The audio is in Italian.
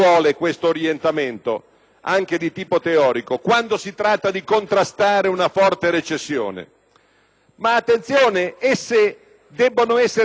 ma attenzione, esse devono essere rese compatibili con la stabilità finanziaria di lungo periodo; quindi per l'Italia